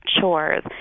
chores